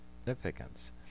significance